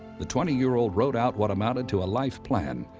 the twenty year old wrote out what amounted to a life plan.